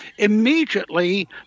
Immediately